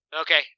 Okay